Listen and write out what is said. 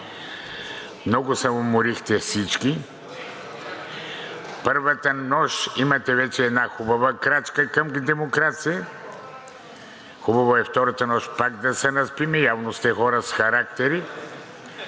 Много се уморихте всички – първата нощ, имате вече една хубава крачка към демокрация. Хубаво е втората нощ пак да се наспим, явно сте хора с характери,